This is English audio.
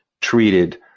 treated